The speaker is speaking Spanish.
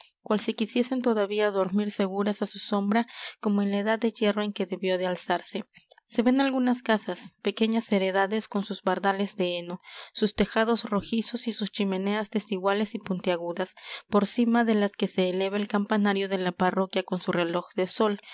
cual si quisiesen todavía dormir seguras á su sombra como en la edad de hierro en que debió de alzarse se ven algunas casas pequeñas heredades con sus bardales de heno sus tejados rojizos y sus chimeneas desiguales y puntiagudas por cima de las que se eleva el campanario de la parroquia con su reloj de sol